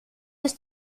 ist